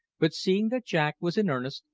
but seeing that jack was in earnest,